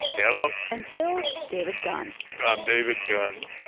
hello? until david gunn i'm david gunn